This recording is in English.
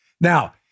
now